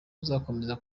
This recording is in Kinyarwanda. buzakomeza